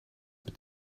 mit